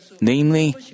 namely